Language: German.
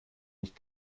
nicht